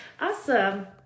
awesome